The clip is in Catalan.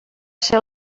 ser